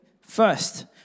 First